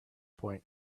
point